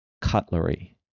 cutlery